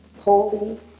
Holy